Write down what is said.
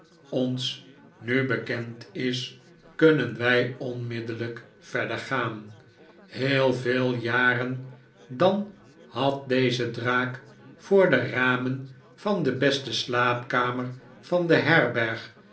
ons nu bekend is kunnen wij onmiddellijk verder gaan heel veel jaren dan had deze draak voor de ramen van de beste slaapkamer van de herberg